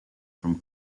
from